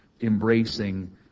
embracing